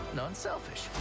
non-selfish